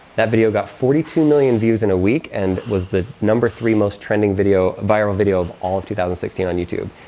that video got forty two million views in a week. and was the number three most trending video viral video of all of two thousand and sixteen on youtube.